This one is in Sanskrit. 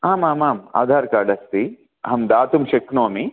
आमामाम् आधार् कार्ड् अस्ति अहं दातुं शक्नोमि